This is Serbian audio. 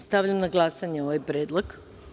Stavljam na glasanje ovaj predlog.